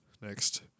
Next